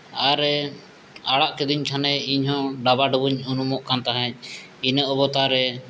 ᱟᱨᱮ ᱟᱲᱟᱜ ᱠᱮᱫᱤᱧ ᱠᱷᱟᱱᱮ ᱤᱧᱦᱚᱸ ᱰᱟᱵᱟᱰᱩᱵᱩᱧ ᱩᱱᱩᱢᱚᱜ ᱠᱟᱱ ᱛᱟᱦᱮᱸᱫ ᱤᱱᱟᱹ ᱚᱵᱚᱛᱟᱨ ᱨᱮ